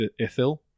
Ithil